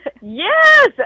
Yes